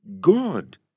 God